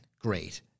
great